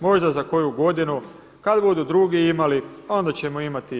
Možda za koju godinu kad budu drugi imali onda ćemo imati i mi.